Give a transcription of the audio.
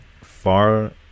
far